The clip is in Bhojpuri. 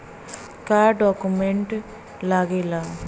का डॉक्यूमेंट लागेला?